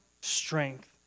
strength